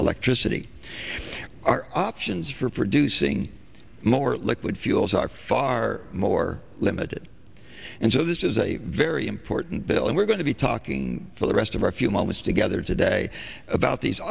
electricity our options for producing more liquid fuels are far more limited and so this is a very important bill and we're going to be talking for the rest of our few moments together today about these